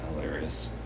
hilarious